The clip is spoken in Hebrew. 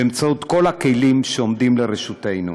באמצעות כל הכלים שעומדים לרשותנו.